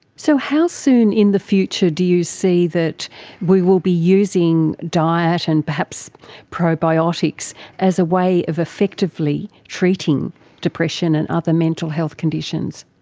so how soon in the future do you see that we will be using diet and perhaps probiotics as a way of effectively treating depression and other mental health conditions?